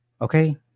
Okay